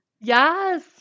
yes